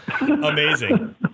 Amazing